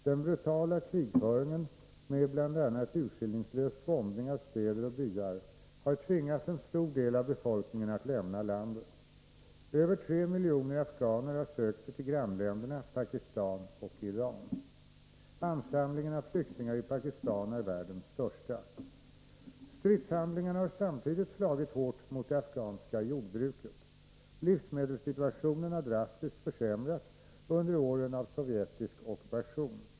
Den brutala krigföringen med bl.a. urskillningslös bombning av städer och byar har tvingat en stor del av befolkningen att lämna landet. Över tre miljoner afghaner har sökt sig till grannländerna Pakistan och Iran. Ansamlingen av flyktingar i Pakistan är världens största. Stridshandlingarna har samtidigt slagit hårt mot det afghanska jordbruket. Livsmedelssituationen har drastiskt försämrats under åren av sovjetisk ockupation.